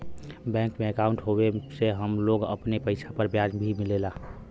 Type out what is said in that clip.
bank में अंकाउट होये से हम लोग अपने पइसा पर ब्याज भी मिलला